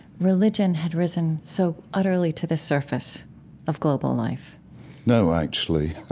religion had risen so utterly to the surface of global life no, actually.